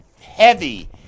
heavy